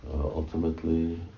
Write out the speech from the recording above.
Ultimately